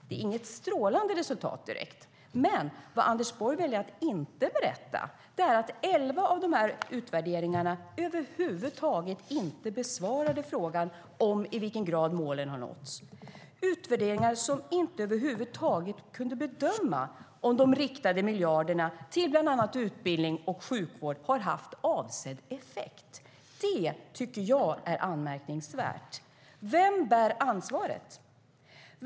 Det är inget strålande resultat direkt, och vad Anders Borg väljer att inte berätta är att elva av utvärderingarna inte alls besvarar frågan i vilken grad målen har nåtts. Utvärderingarna kan över huvud taget inte bedöma om de riktade miljarderna till bland annat utbildning och sjukvård har haft avsedd effekt. Det tycker jag är anmärkningsvärt. Vem bär ansvaret?